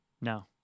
no